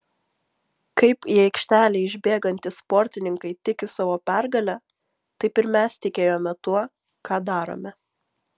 kaip į aikštelę išbėgantys sportininkai tiki savo pergale taip ir mes tikėjome tuo ką darome